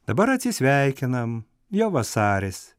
dabar atsisveikinam jau vasaris